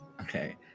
okay